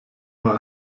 war